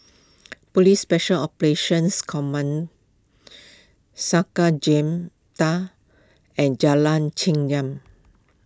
Police Special Operations Command Sakra Jemta and Jalan Chengam